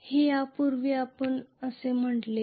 हे आपण यापूर्वी असेही म्हटले आहे